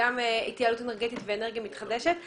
וגם התייעלות אנרגטית ואנרגיה מתחדשת.